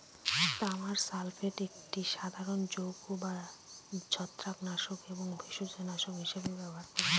তামার সালফেট একটি সাধারণ যৌগ যা ছত্রাকনাশক এবং ভেষজনাশক হিসাবে ব্যবহার করা হয়